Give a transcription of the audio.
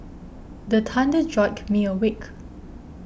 the thunder jolt me awake